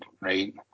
right